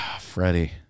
Freddie